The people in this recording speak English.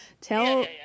Tell